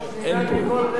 אין ליכוד.